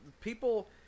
people